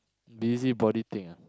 busybody thing ah